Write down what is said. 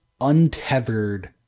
untethered